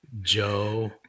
Joe